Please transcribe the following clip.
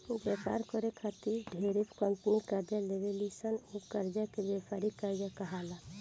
व्यापार करे खातिर ढेरे कंपनी कर्जा लेवे ली सन उ कर्जा के व्यापारिक कर्जा कहाला